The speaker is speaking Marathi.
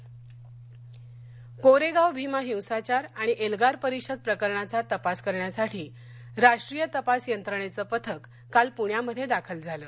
कोरेगाव भीमा कोरेगाव भीमा हिंसाचार आणि एल्गार परिषद प्रकरणाचा तपास करण्यासाठी राष्ट्रीय तपास यंत्रणेचं पथक काल पुण्यामध्ये दाखल झालं